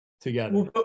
together